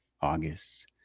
August